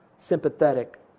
sympathetic